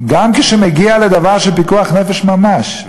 גם כשמגיע לדבר של פיקוח נפש ממש,